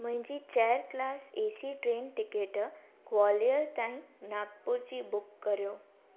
मुंहिंजी chair class A C train ticket Gwalior ताईं नागपुर जी बुक करियो